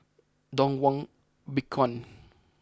Dong Won Bitcoin